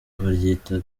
baryita